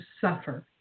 suffer